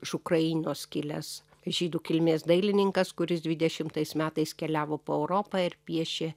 iš ukrainos kilęs žydų kilmės dailininkas kuris dvidešimtais metais keliavo po europą ir piešė